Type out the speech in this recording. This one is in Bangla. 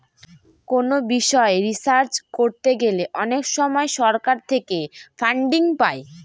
কোনো বিষয় রিসার্চ করতে গেলে অনেক সময় সরকার থেকে ফান্ডিং পাই